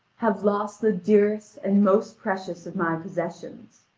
have lost the dearest and most precious of my possessions.